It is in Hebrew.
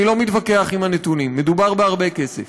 אני לא מתווכח עם הנתונים, מדובר בהרבה כסף.